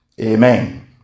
Amen